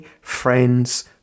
friends